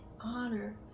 honor